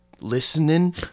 listening